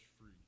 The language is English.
free